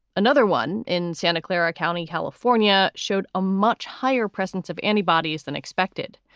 another one in santa clara county, california, showed a much higher presence of antibodies than expected.